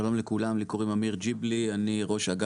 שלום לכולם, לי קוראים עמיר ג'יבלי, ראש